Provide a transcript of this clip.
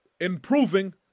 improving